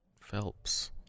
Phelps